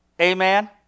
Amen